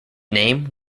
name